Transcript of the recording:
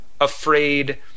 afraid